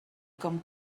com